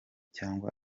cyangwa